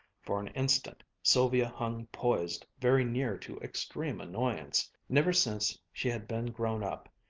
for an instant sylvia hung poised very near to extreme annoyance. never since she had been grown up,